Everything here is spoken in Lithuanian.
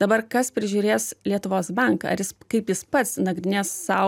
dabar kas prižiūrės lietuvos banką ar jis kaip jis pats nagrinės sau